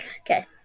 Okay